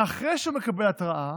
ואחרי שהוא מקבל התראה,